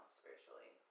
spiritually